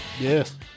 Yes